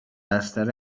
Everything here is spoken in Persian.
بستر